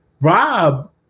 Rob